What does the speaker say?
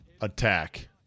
attack